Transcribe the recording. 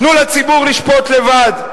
תנו לציבור לשפוט לבד,